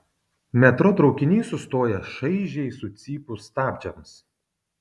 metro traukinys sustoja šaižiai sucypus stabdžiams